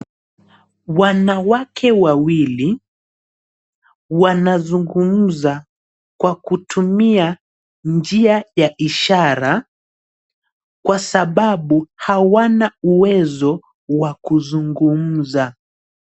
Wanawake wawili wanazungumza kwa kutumia njia ya ishara kwa sababu hawana uwezo wa kuzungumza.